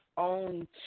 own